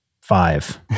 Five